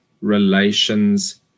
relations